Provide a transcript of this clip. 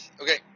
Okay